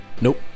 nope